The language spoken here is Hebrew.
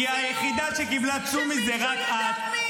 -- כי היחידה שקיבלה צומי זאת רק את.